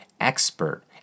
expert